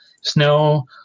snow